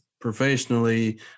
professionally